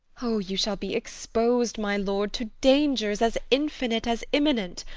o, you shall be expos'd, my lord, to dangers as infinite as imminent!